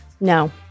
No